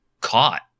caught